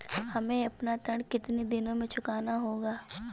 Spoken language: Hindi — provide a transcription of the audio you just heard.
हमें अपना ऋण कितनी दिनों में चुकाना होगा?